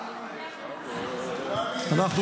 אנחנו